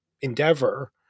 endeavor